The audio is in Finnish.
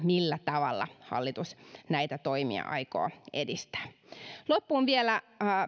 millä tavalla hallitus näitä toimia aikoo edistää loppuun vielä